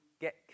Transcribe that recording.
get